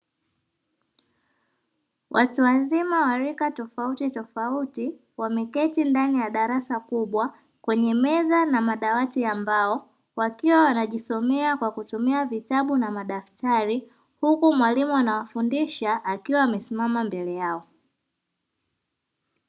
Watu wazima wa rika tofauti tofauti wameketi ndani ya darasa kubwa kwenye meza na madawati ya mbao wakiwa wanajisomea kwa kutumia vitabu na madaftari huku mwalimu anawafundisha akiwa amesimama mbele yao.